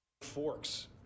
forks